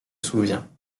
souvient